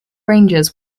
rangers